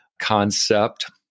concept